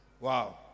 Wow